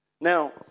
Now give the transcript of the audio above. Now